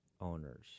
owners